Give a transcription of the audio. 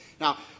Now